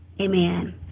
Amen